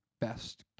best